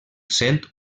sent